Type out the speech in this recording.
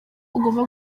ugomba